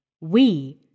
We